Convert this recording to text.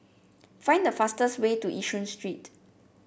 find the fastest way to Yishun Street